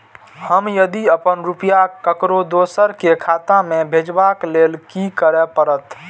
हम यदि अपन रुपया ककरो दोसर के खाता में भेजबाक लेल कि करै परत?